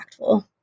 impactful